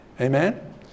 Amen